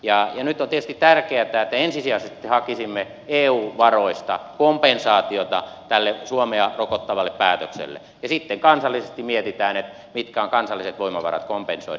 nyt on tietysti tärkeätä että ensisijaisesti hakisimme eu varoista kompensaatiota tälle suomea rokottavalle päätökselle ja sitten kansallisesti mietitään mitkä ovat kansalliset voimavarat kompensoida